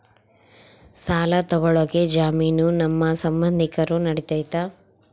ಸಾಲ ತೊಗೋಳಕ್ಕೆ ಜಾಮೇನು ನಮ್ಮ ಸಂಬಂಧಿಕರು ನಡಿತೈತಿ?